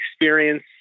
experience